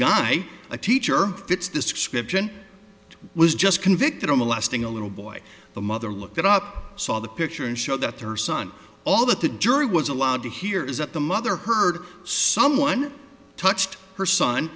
guy a teacher fits this description was just convicted of molesting a little boy the mother looked it up saw the picture and showed that their son all that the jury was allowed to hear is that the mother heard someone touched her son